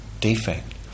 defect